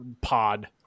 pod